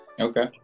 Okay